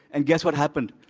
and guess what happened?